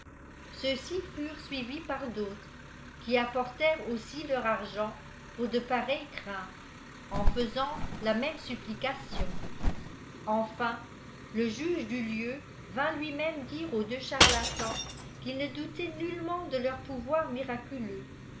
ceux-ci furent suivis par d'autres qui apportèrent aussi leur argent pour de pareilles craintes en faisant la même supplication enfin le juge du lieu vint lui-même dire aux deux charlatans qu'il ne doutait nullement de leur pouvoir miraculeux